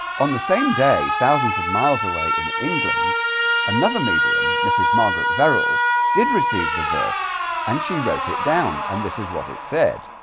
on the same day thousands of miles away in england another medium mrs. margaret farrell did receive the verse and she wrote it down, and this is what it said?